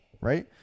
right